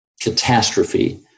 catastrophe